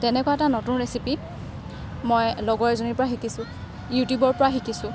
তেনেকুৱা এটা নতুন ৰেচিপি মই লগৰ এজনীৰ পৰা শিকিছোঁ ইউটিউবৰ পৰা শিকিছোঁ